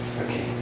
Okay